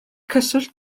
cyswllt